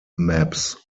maps